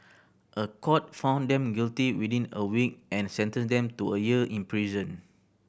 a court found them guilty within a week and sentenced them to a year in prison